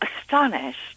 astonished